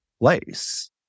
place